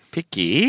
Picky